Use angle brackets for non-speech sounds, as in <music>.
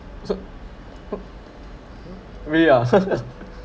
so <noise> really ah <laughs>